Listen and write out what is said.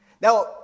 Now